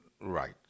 Right